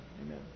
amen